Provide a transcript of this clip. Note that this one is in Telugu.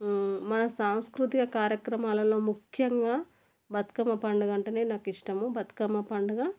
మన సాంస్కృతిక కార్యక్రమాలలో ముఖ్యంగా బతుకమ్మ పండుగంటేనే నాకు ఇష్టము బతుకమ్మ పండుగ